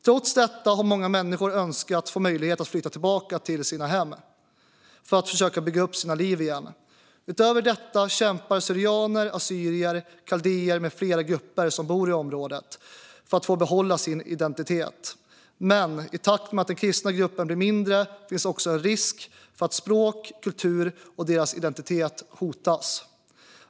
Trots detta har många människor önskat få möjlighet att flytta tillbaka till sina hem för att försöka bygga upp sina liv igen. Utöver detta kämpar syrianer, assyrier, kaldéer med flera grupper som bor i området för att få behålla sin identitet. Men i takt med att den kristna gruppen blir mindre finns också en risk för att deras språk, kultur och identitet hotas.